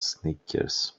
sneakers